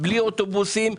בלי אוטובוסים,